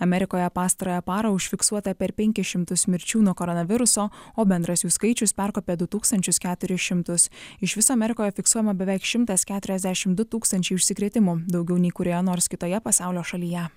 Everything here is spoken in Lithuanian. amerikoje pastarąją parą užfiksuota per penkis šimtus mirčių nuo koronaviruso o bendras jų skaičius perkopė du tūkstančius keturis šimtus iš viso amerikoje fiksuojama beveik šimtas keturiasdešimt du tūkstančiai užsikrėtimų daugiau nei kurioje nors kitoje pasaulio šalyje